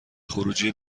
خروجی